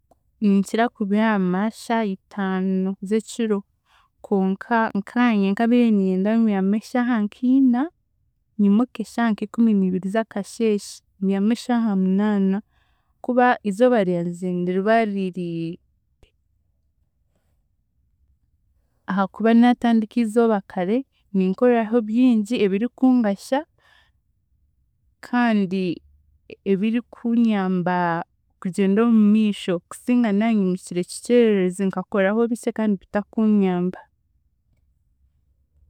Ninkira kubyama shaaha itaano z'ekiro konka nkaanye nkaabire niinyenda mbyame shaaha nka ina, nyimuke shaaha ikumi niibiri z'akasheeshe nyaame eshaaha munaana kuba izooba ryangye niriba riri, ahaakuba naatandika izooba kare, ninkoraho bingi ebirikungasha kandi ebirikunyamba kugyenda omumiisho kusinga naanyimukire kikyererezi nkakorahobikye kandi bitakunyamba.